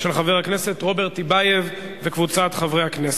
של חבר הכנסת רוברט טיבייב וקבוצת חברי הכנסת.